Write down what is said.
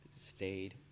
stayed